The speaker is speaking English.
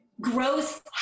Growth